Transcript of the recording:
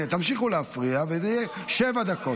תמשיכו להפריע, וזה יהיה שבע דקות.